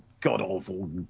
God-awful